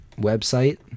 website